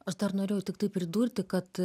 aš dar norėjau tiktai pridurti kad